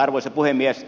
arvoisa puhemies